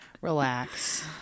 Relax